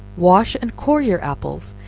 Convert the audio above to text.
wash and core your apples,